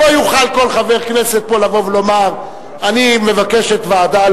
שלא יוכל כל חבר כנסת פה לבוא ולומר: אני מבקש ועדה